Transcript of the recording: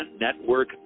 network